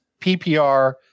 PPR